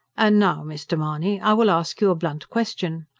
and now, mr. mahony, i will ask you a blunt question.